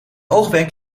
oogwenk